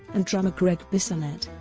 and drummer gregg bissonette.